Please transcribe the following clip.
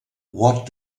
what